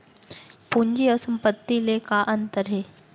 पूंजी अऊ संपत्ति ले का अंतर हे?